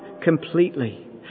completely